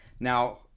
Now